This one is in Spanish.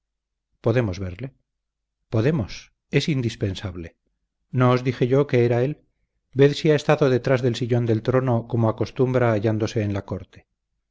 podemos verle podemos es indispensable no os dije yo que era él ved si ha estado detrás del sillón del trono como acostumbra hallándose en la corte